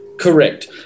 Correct